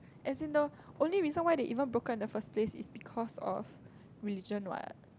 as in the only reason why they even broke up in the first place is because of religion what